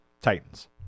titans